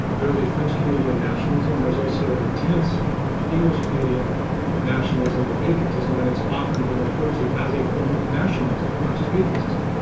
there is a french canadian nationalism. there is also an intense english canadian nationalism or patriotism. and it's often been referred to as a form of nationalism, not just patriotism.